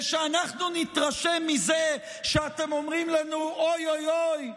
ואנחנו נתרשם מזה שאתם אומרים לנו: אוי אוי אוי,